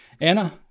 Anna